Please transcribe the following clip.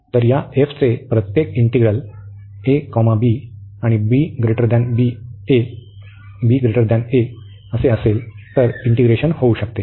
तर या चे प्रत्येक इंटिग्रल b a वर इंटीग्रेशन होऊ शकते